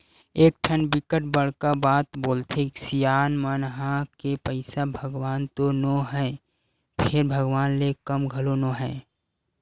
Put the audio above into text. एकठन बिकट बड़का बात बोलथे सियान मन ह के पइसा भगवान तो नो हय फेर भगवान ले कम घलो नो हय